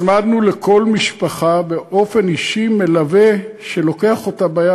הצמדנו לכל משפחה באופן אישי מלווה שלוקח אותה ביד,